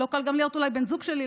לא קל גם להיות אולי בן זוג שלי,